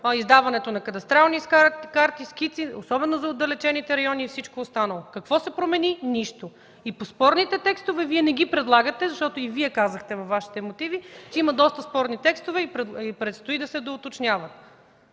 издаването на кадастрални карти и скици особено в отдалечените райони и всичко останало. Какво се промени? Нищо. И по спорните текстове – Вие не ги предлагате, защото казахте във Вашите мотиви, че има доста спорни текстове и предстои да се доуточняват